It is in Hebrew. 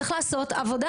צריך לעשות עבודה,